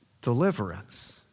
deliverance